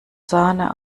sahne